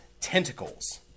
tentacles